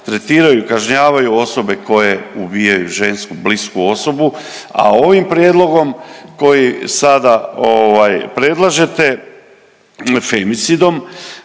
tretiraju, kažnjavaju osobe koje ubijaju žensku blisku osobu, a ovim prijedlogom koji sada ovaj predlažete femicidom